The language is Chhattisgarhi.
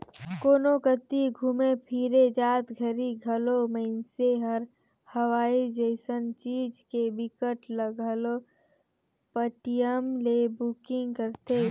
कोनो कति घुमे फिरे जात घरी घलो मइनसे हर हवाई जइसन चीच के टिकट ल घलो पटीएम ले बुकिग करथे